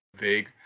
vague